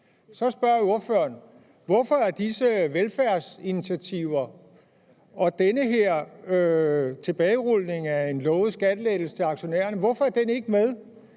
Så spørger ordføreren: Hvorfor er disse velfærdsinitiativer og den her tilbagerulning af en lovet skattelettelse til aktionærerne ikke med